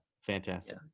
fantastic